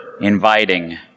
inviting